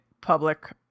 public